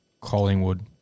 Collingwood